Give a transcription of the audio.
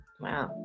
Wow